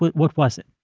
what what was it?